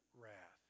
wrath